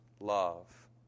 love